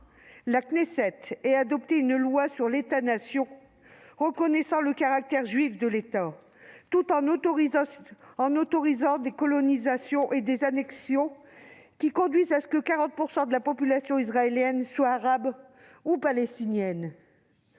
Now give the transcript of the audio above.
la Knesset ait adopté une loi sur l'État-nation reconnaissant le caractère juif de l'État, tout en autorisant des colonisations et des annexions qui conduisent à ce que 40 % de la population israélienne soit arabe et palestinienne